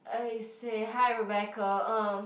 I say hi Rebecca uh